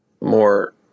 more